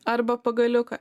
arba pagaliuką